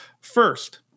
First